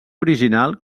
original